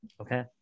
okay